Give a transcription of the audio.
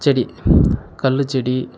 செடி கல் செடி